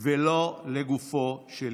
ולא לגופו של